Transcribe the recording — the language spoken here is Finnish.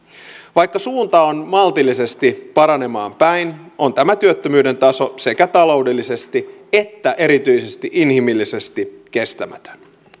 vaikka suunta on maltillisesti paranemaan päin on tämä työttömyyden taso sekä taloudellisesti että erityisesti inhimillisesti kestämätön